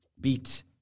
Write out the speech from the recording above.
beat